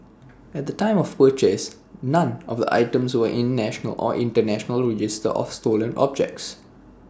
at the time of purchase none of items were in any national or International register of stolen objects